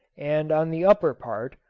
and on the upper part,